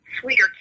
sweeter